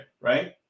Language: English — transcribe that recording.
right